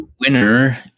Winner